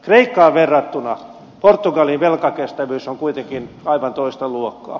kreikkaan verrattuna portugalin velkakestävyys on kuitenkin aivan toista luokkaa